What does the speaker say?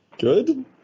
good